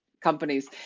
companies